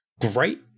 great